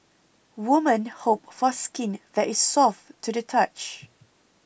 women hope for skin that is soft to the touch